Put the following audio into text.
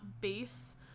base